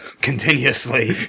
continuously